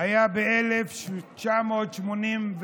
שהיה ב-1986,